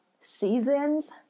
Seasons